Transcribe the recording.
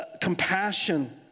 Compassion